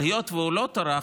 אבל היות שהוא לא טרח,